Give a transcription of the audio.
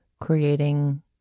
creating